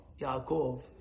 Yaakov